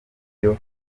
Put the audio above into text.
cyo